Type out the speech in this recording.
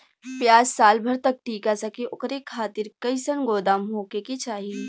प्याज साल भर तक टीका सके ओकरे खातीर कइसन गोदाम होके के चाही?